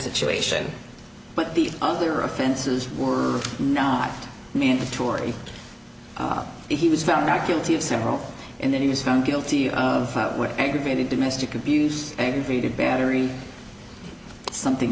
situation but the other offenses were not mandatory he was found not guilty of several and then he was found guilty of aggravated domestic abuse and we did battery something